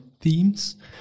themes